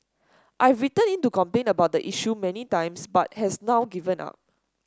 I've written in to complain about the issue many times but has now given up